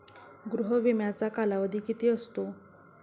गृह विम्याचा कालावधी किती असतो?